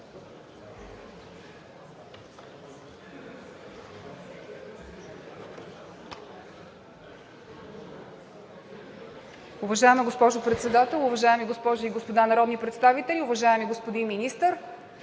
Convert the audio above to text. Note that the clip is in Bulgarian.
Уважаема госпожо Председател, уважаеми госпожи и господа народни представители, уважаеми господин Министър!